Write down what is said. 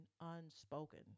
unspoken